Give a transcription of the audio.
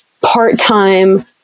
part-time